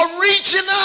original